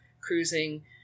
cruising